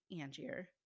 Angier